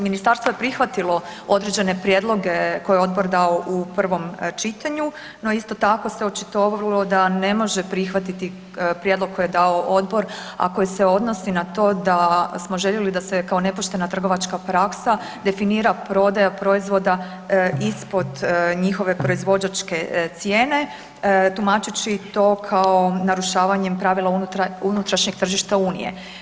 Ministarstvo je prihvatilo određene prijedloge koje je odbor dao u prvom čitanju, no isto tako se očitovalo da ne može prihvatiti prijedlog koji je dao odbor, a koji se odnosi na to da smo željeli da se kao nepoštena trgovačka praksa definira prodaja proizvoda ispod njihove proizvođačke cijene tumačeći to kao narušavanjem pravila unutrašnjeg tržišta Unije.